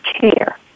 care